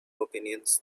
opinions